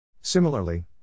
Similarly